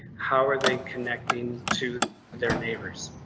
how are they connecting to their neighbors?